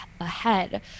ahead